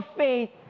faith